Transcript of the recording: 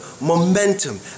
momentum